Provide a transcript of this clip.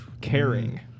Caring